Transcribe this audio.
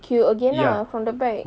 queue again lah from the back